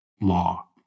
law